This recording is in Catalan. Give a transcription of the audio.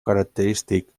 característic